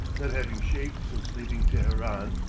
not having shaved since leaving teheran,